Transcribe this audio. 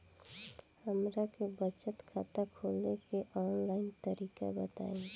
हमरा के बचत खाता खोले के आन लाइन तरीका बताईं?